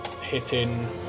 hitting